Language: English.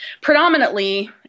predominantly